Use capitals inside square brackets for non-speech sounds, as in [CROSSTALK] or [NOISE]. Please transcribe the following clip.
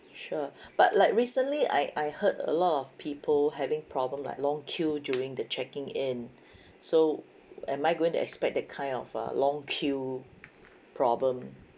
sure [BREATH] but like recently I I heard a lot of people having problem like long queue during the checking in so am I going to expect that kind of a long queue problem